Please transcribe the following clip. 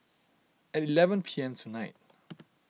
at eleven P M tonight